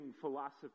philosophy